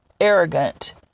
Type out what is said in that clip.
arrogant